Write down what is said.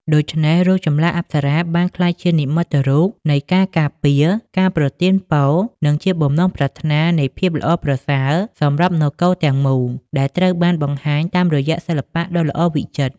ដូច្នេះ រូបចម្លាក់អប្សរាបានក្លាយជានិមិត្តរូបនៃការការពារ ការប្រទានពរ និងជាបំណងប្រាថ្នានៃភាពល្អប្រសើរសម្រាប់នគរទាំងមូល ដែលត្រូវបានបង្ហាញតាមរយៈសិល្បៈដ៏ល្អវិចិត្រ។